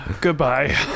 goodbye